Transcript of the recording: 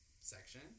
section